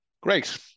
Great